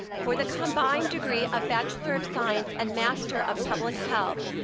for the combined degree of bachelor of science and master of public health,